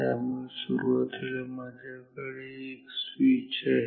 त्यामुळे सुरुवातीला माझ्याकडे एक स्विच आहे